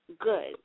good